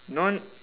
no